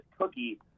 cookie